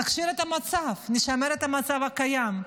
נכשיר את המצב, נשמר את המצב הקיים.